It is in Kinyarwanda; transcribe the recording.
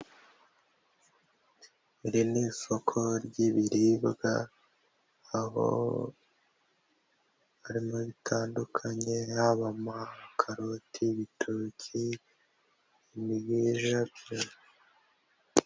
Iri ni isoko ry'ibiribwa aho harimo ibitandukanye haba amakaroti, ibitoki, imbwija.